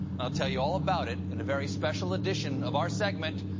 and i'll tell you all about it in a very special edition of our segment,